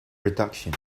production